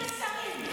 38 שרים,